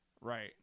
Right